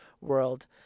World